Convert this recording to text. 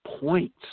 points